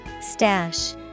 Stash